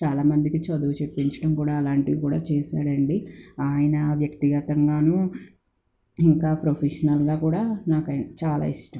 చాలామందికి చదువు చెప్పించడం కూడా అలాంటివి కూడా చేశాడండి ఆయన వ్యక్తిగతంగాను ఇంకా ప్రొఫెషనల్గా కూడా నాకు ఆయన చాలా ఇష్టం